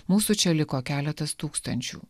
mūsų čia liko keletas tūkstančių